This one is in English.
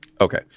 Okay